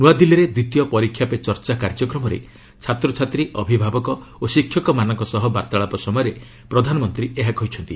ନୂଆଦିଲ୍କୀରେ ଦ୍ୱିତୀୟ ପରୀକ୍ଷା ପେ ଚର୍ଚ୍ଚା କାର୍ଯ୍ୟକ୍ରମରେ ଛାତ୍ରଛାତ୍ରୀ ଅଭିଭାବକ ଓ ଶିକ୍ଷକମାନଙ୍କ ସହ ବାର୍ତ୍ତାଳାପ ସମୟରେ ପ୍ରଧାନମନ୍ତ୍ରୀ ଏହା କହିଛନ୍ତି